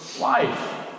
life